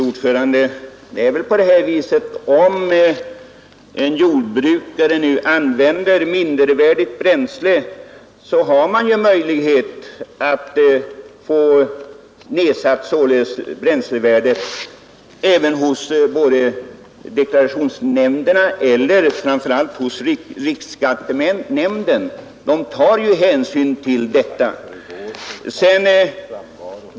Fru talman! Det är väl på det viset, att om en jordbrukare använder mindervärdigt bränsle, så har han möjlighet att få bränslevärdet nedsatt hos taxeringsnämnden och framför allt hos riksskattenämnden. De tar ju hänsyn till detta.